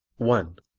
one.